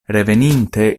reveninte